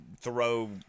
throw